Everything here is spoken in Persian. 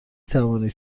توانید